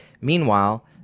Meanwhile